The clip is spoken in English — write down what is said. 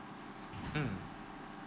mm